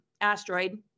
asteroid